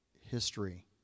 history